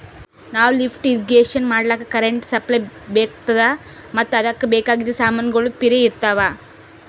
ನಾವ್ lift irrigation ಮಾಡ್ಲಕ್ಕ್ current supply ಬೆಕಾತದ್ ಮತ್ತ್ ಅದಕ್ಕ್ ಬೇಕಾಗಿದ್ ಸಮಾನ್ಗೊಳ್ನು ಪಿರೆ ಇರ್ತವ್